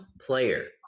player